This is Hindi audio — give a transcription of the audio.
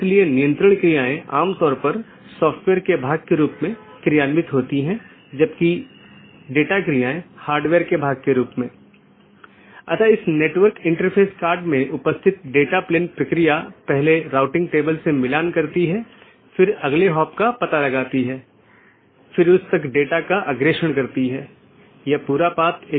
इसलिए जो हम देखते हैं कि मुख्य रूप से दो तरह की चीजें होती हैं एक है मल्टी होम और दूसरा ट्रांजिट जिसमे एक से अधिक कनेक्शन होते हैं लेकिन मल्टी होमेड के मामले में आप ट्रांजिट ट्रैफिक की अनुमति नहीं दे सकते हैं और इसमें एक स्टब प्रकार की चीज होती है जहां केवल स्थानीय ट्रैफ़िक होता है मतलब वो AS में या तो यह उत्पन्न होता है या समाप्त होता है